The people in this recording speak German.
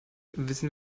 wissen